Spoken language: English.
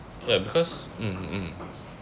ya because mm mm